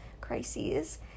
crises